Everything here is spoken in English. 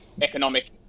economic